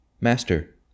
Master